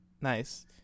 nice